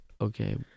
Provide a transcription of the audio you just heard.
Okay